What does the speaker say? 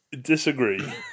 disagree